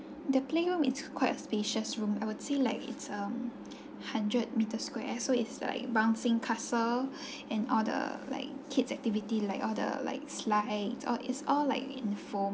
the playroom it's quite a spacious room I would say like it's um hundred meter square so it's like bouncing castle and all the like kids activity like all the like slide all it's all like in foam